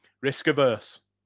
risk-averse